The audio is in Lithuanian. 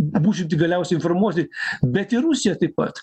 būsim tik galiausiai informuoti bet ir rusija taip pat